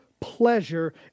pleasure